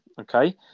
Okay